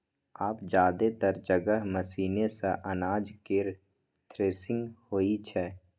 आब जादेतर जगह मशीने सं अनाज केर थ्रेसिंग होइ छै